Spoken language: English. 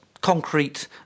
concrete